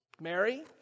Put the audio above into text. Mary